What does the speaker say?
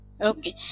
Okay